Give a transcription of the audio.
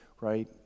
right